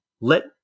...let